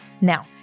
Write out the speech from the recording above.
Now